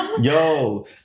Yo